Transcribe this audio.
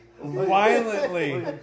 Violently